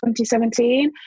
2017